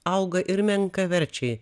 auga ir menkaverčiai